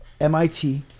MIT